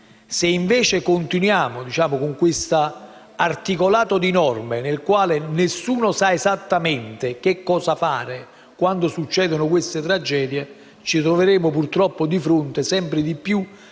Se invece continuiamo con questo articolato di norme, nel quale nessuno sa esattamente cosa fare quando succedono queste tragedie, ci troveremo purtroppo sempre più a nutrire